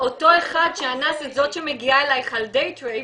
אותו אחד שאנס את זאת שמגיעה אלייך על אונס,